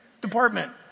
department